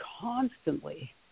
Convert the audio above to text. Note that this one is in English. constantly